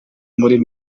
muri